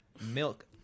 milk